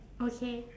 okay